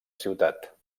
ciutat